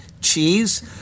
cheese